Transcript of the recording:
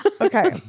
okay